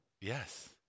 Yes